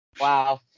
Wow